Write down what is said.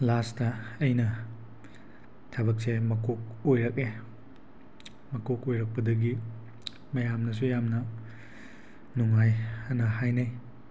last ꯑꯩꯅ ꯊꯕꯛꯁꯦ ꯃꯀꯣꯛ ꯑꯣꯏꯔꯛꯑꯦ ꯃꯀꯣꯛ ꯑꯣꯏꯔꯛꯄꯗꯒꯤ ꯃꯌꯥꯝꯅꯁꯨ ꯌꯥꯝꯅ ꯅꯨꯡꯉꯥꯏ ꯑꯅ ꯍꯥꯏꯅꯩ